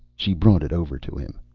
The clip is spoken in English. she brought it over to him.